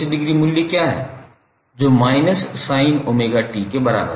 sin𝜔𝑡180 का मूल्य क्या है जो −sin𝜔𝑡 के बराबर है